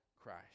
Christ